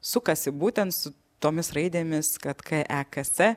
sukasi būtent su tomis raidėmis kad keks